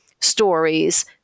stories